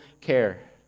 care